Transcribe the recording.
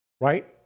Right